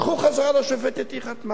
הלכו חזרה לשופטת והיא חתמה.